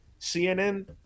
CNN